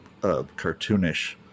cartoonish